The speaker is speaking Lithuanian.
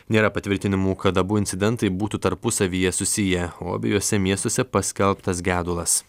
nėra patvirtinimų kad abu incidentai būtų tarpusavyje susiję o abiejuose miestuose paskelbtas gedulas